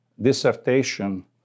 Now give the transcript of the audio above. dissertation